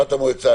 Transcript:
חברת המועצה,